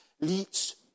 leads